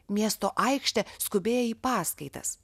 miesto aikštė skubėjo į paskaitas